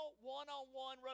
one-on-one